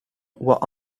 were